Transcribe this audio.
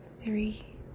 three